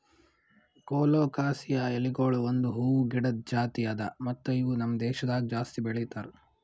colocasia ಎಲಿಗೊಳ್ ಒಂದ್ ಹೂವು ಗಿಡದ್ ಜಾತಿ ಅದಾ ಮತ್ತ ಇವು ನಮ್ ದೇಶದಾಗ್ ಜಾಸ್ತಿ ಬೆಳೀತಾರ್